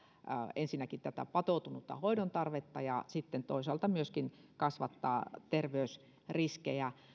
ensinnäkin tätä patoutunutta hoidon tarvetta ja sitten toisaalta myöskin kasvattaa terveysriskejä